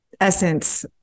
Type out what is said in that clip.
essence